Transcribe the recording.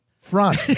front